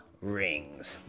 Rings